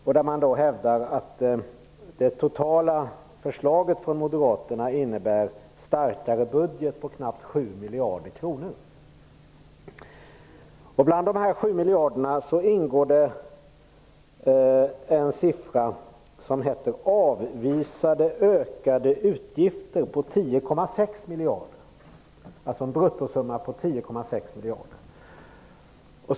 Man hävdar där att Moderaternas förslag innebär en förstärkning av budgeten med knappt 7 miljarder kronor. I de här 7 miljarderna ingår Avvisade ökade utgifter, motsvarande en bruttosumma på 10,6 miljarder.